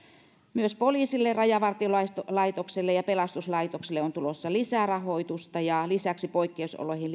myös poliisille rajavartiolaitokselle ja pelastuslaitokselle on tulossa lisää rahoitusta ja lisäksi poikkeusoloihin